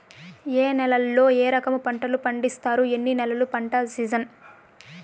ఏ నేలల్లో ఏ రకము పంటలు పండిస్తారు, ఎన్ని నెలలు పంట సిజన్?